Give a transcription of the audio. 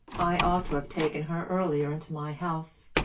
i ought to have taken her earlier into my house.